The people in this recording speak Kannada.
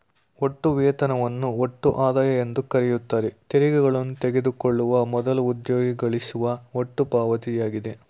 ಒಟ್ಟು ವೇತನವನ್ನು ಒಟ್ಟು ಆದಾಯ ಎಂದುಕರೆಯುತ್ತಾರೆ ತೆರಿಗೆಗಳನ್ನು ತೆಗೆದುಕೊಳ್ಳುವ ಮೊದಲು ಉದ್ಯೋಗಿ ಗಳಿಸುವ ಒಟ್ಟು ಪಾವತಿಯಾಗಿದೆ